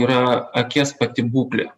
yra akies pati būklė